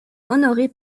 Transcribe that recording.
honoré